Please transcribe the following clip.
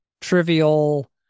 trivial